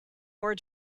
more